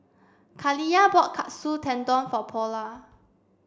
Kaliyah bought Katsu Tendon for Paula